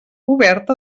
oberta